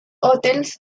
hotels